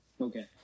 Okay